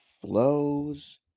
Flows